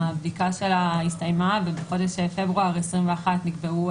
הבדיקה שלה הסתיימה ובחודש פברואר 2021 נקבעו